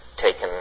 taken